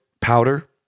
powder